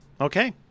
Okay